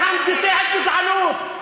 מהנדסי הגזענות,